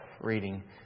reading